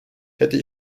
hätte